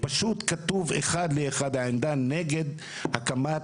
פשוט כתוב אחד לאחד את העמדה נגד הקמת